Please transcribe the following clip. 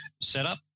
setup